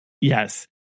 yes